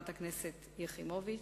חברת הכנסת יחימוביץ,